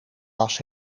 bas